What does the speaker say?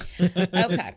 okay